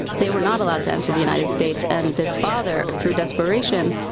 they were not allowed to enter the united states and this father, through desperation,